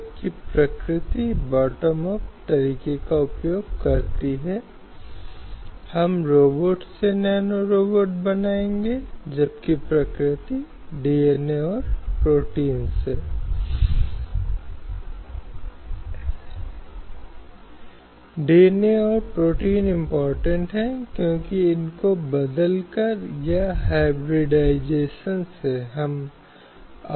हालाँकि वे कानून की अदालतों में लागू नहीं होते हैं एक अर्थ में जैसा कि हमने अनुच्छेद 32 के तहत कहा है मौलिक अधिकार कानून की अदालतों में लागू करने योग्य हैं क्योंकि उस निर्देश के सिद्धांतों में कोई प्रवर्तनीयता नहीं है